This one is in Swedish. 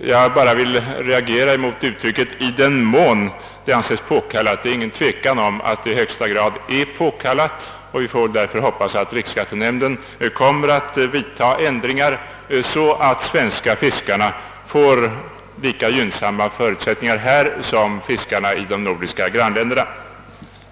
Jag vill bara reagera mot uttrycket »i den mån det anses påkallat». Det råder inte något tvivel om att det är i högsta grad påkallat, och vi får därför hoppas att riksskattenämnden kommer att vidtaga ändringar, så att de svenska fiskarna får lika gynnsamma förutsättningar som fiskarna i våra nordiska grannländer.